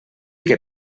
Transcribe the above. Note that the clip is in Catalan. que